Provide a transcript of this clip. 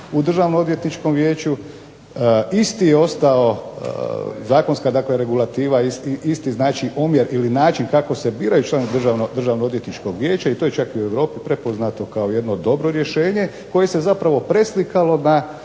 u Državno-odvjetničkom vijeću. Ista je ostala zakonska regulativa, isti znači omjer ili način kako se biraju članovi Državno-odvjetničkog vijeća i to je čak i u Europi prepoznato kao jedno dobro rješenje koje se zapravo preslikalo na